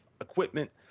equipment